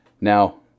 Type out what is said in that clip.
Now